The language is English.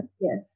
Yes